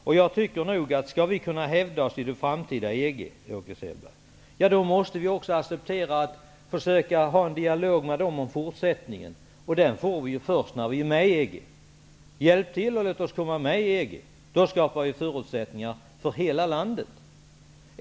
Om vi skall kunna hävda oss i det framtida EG, Åke Selberg, då måste vi acceptera att det förs en dialog med EG om fortsättningen. Den får vi först när vi är med i EG. Hjälp till, och låt oss komma med i EG. Då skapar vi förutsättningar för hela landet.